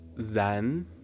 Zen